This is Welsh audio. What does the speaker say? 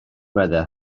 meddai